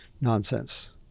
nonsense